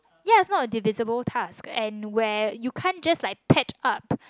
ya not a divisible task and where you can't just like patch up